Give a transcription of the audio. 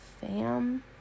Fam